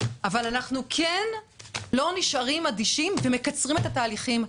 אבל אנחנו לא נשארים אדישים ומקצרים את ההליכים.